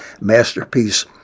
masterpiece